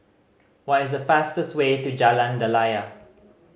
what is the fastest way to Jalan Daliah